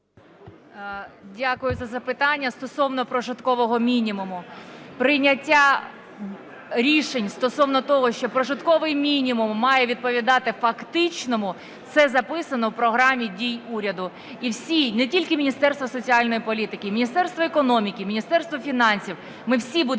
Дякую за запитання. Стосовно прожиткового мінімуму. Прийняття рішень стосовно того, що прожитковий мінімум має відповідати фактичному, це записано в Програмі дій уряду. І всі, не тільки Міністерство соціальної політики, і Міністерство економіки, і Міністерство фінансів – ми всі будемо